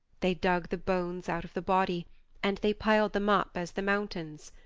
they dug the bones out of the body and they piled them up as the mountains.